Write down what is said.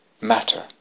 matter